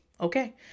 Okay